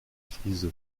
frise